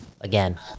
again